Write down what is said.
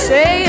Say